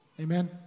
Amen